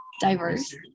diverse